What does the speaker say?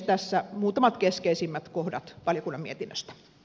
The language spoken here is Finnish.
tässä muutamat keskeisimmät kohdat valiokunnan mietinnös